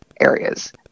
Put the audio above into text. areas